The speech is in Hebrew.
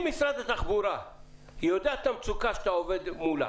משרד התחבורה יודע את המצוקה שאתה עומד מולה,